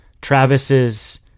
Travis's